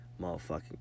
motherfucking